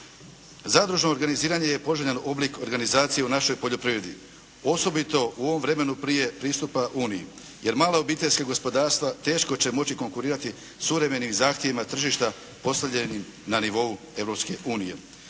Zadružno organiziranje je poželjan oblik organizacije u našoj poljoprivredi osobito u ovom vremenu prije pristupa uniji jer mala obiteljska gospodarstva teško će moći konkurirati suvremenim zahtjevima tržišta postavljenim na nivou